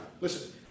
Listen